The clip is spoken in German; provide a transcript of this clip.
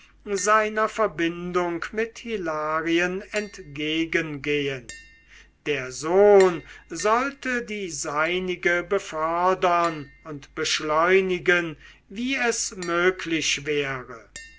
seiner verbindung mit hilarien entgegengehen der sohn sollte die seinige befördern und beschleunigen wie es möglich wäre